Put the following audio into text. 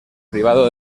privado